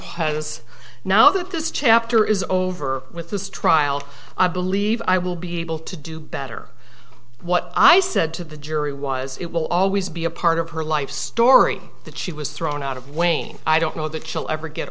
this now that this chapter is over with this trial i believe i will be able to do better what i said to the jury was it will always be a part of her life story that she was thrown out of wayne i don't know that chill ever get